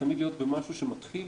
תמיד להיות שמשהו מתחיל